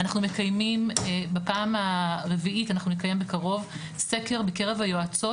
אנחנו מקיימים בפעם הרביעית אנחנו נקיים בקרוב סקר בקרב היועצות,